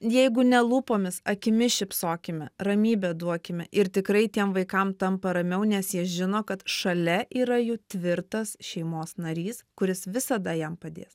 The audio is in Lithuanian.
jeigu ne lūpomis akimis šypsokime ramybę duokime ir tikrai tiem vaikams tampa ramiau nes jie žino kad šalia yra jų tvirtas šeimos narys kuris visada jam padės